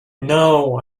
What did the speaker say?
know